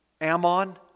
Ammon